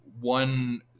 one